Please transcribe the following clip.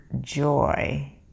joy